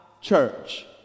church